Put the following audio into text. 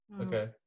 Okay